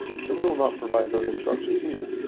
so we will not provide those instructions here.